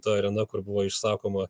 ta arena kur buvo išsakoma